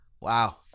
Wow